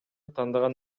тандаган